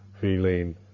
feeling